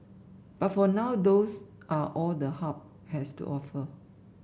but for now those are all the Hub has to offer